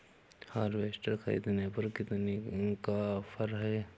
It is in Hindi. हार्वेस्टर ख़रीदने पर कितनी का ऑफर है?